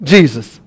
Jesus